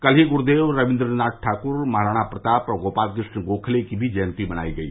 कल ही गुरूदेव रवीन्द्रनाथ ठाक्र महाराणा प्रताप और गोपाल कृष्ण गोखले की भी जयती मनाई गयी